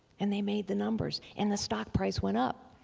and they made the numbers and the stock price went up.